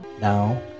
Now